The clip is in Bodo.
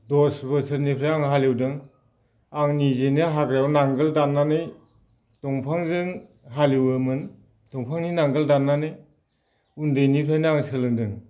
दस बोसोरनिफ्राय आं हालएवदों आं निजेनो हाबायाव नांगाल दाननानै दंफांजों हालएवोमोन दंफांनि नांगाल दाननानै उन्दैनिफ्रायनो आं सोलोंदों